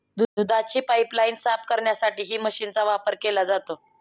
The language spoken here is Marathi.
दुधाची पाइपलाइन साफ करण्यासाठीही मशीनचा वापर केला जातो